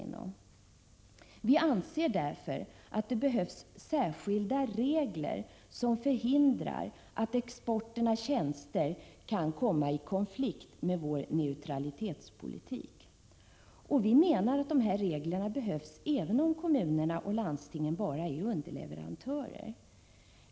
Mot den bakgrunden anser vi att det behövs särskilda regler som förhindrar att exporten av tjänster kan komma i konflikt med vår neutralitetspolitik. Dessa regler behövs även om kommunerna och landstingen bara är underleverantörer.